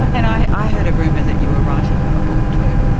and i heard a rumour that you were writing a book too?